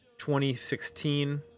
2016